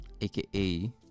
AKA